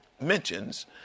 mentions